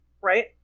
Right